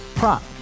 Prop